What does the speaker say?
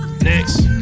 Next